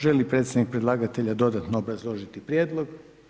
Želi li predstavnik predlagatelja dodatno obrazložiti prijedlog?